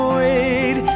wait